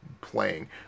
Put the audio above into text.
playing